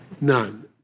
None